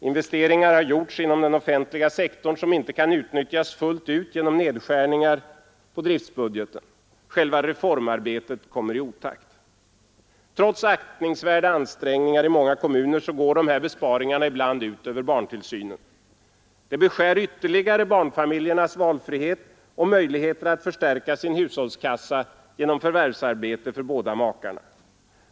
Investeringar har gjorts inom den offentliga sektorn som inte kan utnyttjas fullt ut genom nedskärningar på driftbudgeten. Själva reformarbetet kommer i otakt. Trots aktningsvärda ansträngningar i många kommuner går de här besparingarna ibland ut över barntillsynen. Det beskär ytterligare barnfamiljernas valfrihet och möjligheter att förstärka sin hushållskassa genom förvärvsarbete för båda makarna.